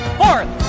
fourth